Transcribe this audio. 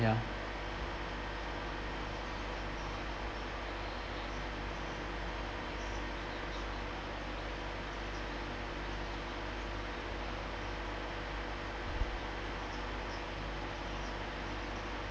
ya